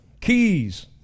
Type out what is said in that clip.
keys